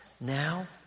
now